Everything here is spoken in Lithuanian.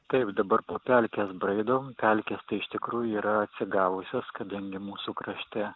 taip dabar po pelkes braidom pelkės tai iš tikrųjų yra atsigavusios kadangi mūsų krašte